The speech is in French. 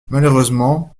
malheureusement